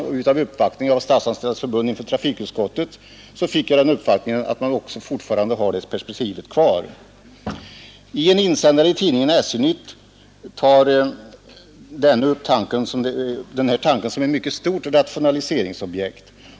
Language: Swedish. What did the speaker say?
Vid en uppvaktning som Statsanställdas förbund gjorde hos trafikutskottet fick jag den uppfattningen att man fortfarande har det här perspektivet kvar. I tidningen SJ-nytt har den här tanken i en insändare tagits upp som ett mycket stort rationaliseringsobjekt.